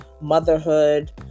motherhood